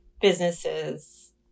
businesses